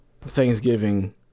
Thanksgiving